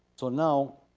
so now,